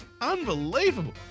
Unbelievable